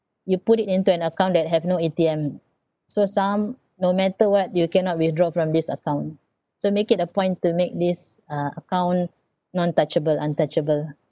you put it into an account that have no A_T_M so some no matter what you cannot withdraw from this account so make it a point to make this uh account non-touchable untouchable lah